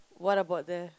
what about there